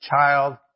child